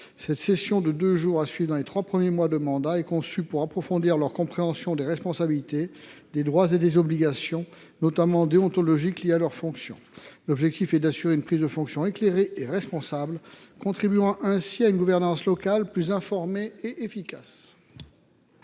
Cette session de deux jours, à suivre dans les trois premiers mois de mandat, est conçue pour approfondir leur compréhension des responsabilités, des droits et des obligations, notamment déontologiques, liés à leur fonction. L’objectif est d’assurer une prise de fonction éclairée et responsable, contribuant ainsi à une gouvernance locale plus informée et efficace.